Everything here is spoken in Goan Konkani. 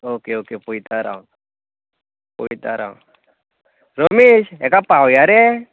ओके ओके पळयतां राव पयता राव रमेश हेका पावया रे